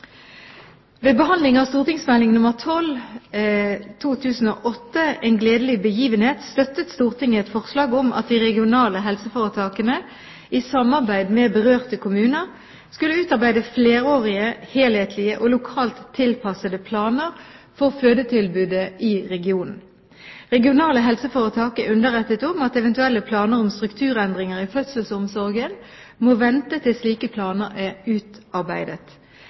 Ved behandling av St.meld. nr. 12 for 2008–2009, En gledelig begivenhet, støttet Stortinget et forslag om at de regionale helseforetakene – i samarbeid med berørte kommuner – skulle utarbeide flerårige helhetlige og lokalt tilpassede planer for fødetilbudet i regionen. Regionale helseforetak er underrettet om at eventuelle planer om strukturendringer i fødselsomsorgen må vente til slike planer er utarbeidet.